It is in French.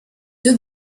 deux